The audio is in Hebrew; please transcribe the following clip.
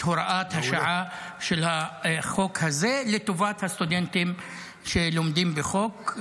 הוראת השעה של החוק הזה לטובת הסטודנטים שלומדים בחו"ל,